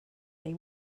they